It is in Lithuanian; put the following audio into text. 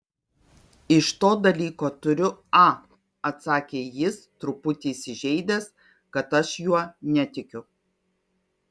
iš to dalyko turiu a atsakė jis truputį įsižeidęs kad aš juo netikiu